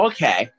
Okay